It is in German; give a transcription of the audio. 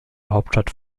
hauptstadt